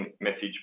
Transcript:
message